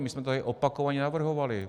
My jsme to tady opakovaně navrhovali.